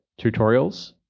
tutorials